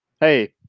hey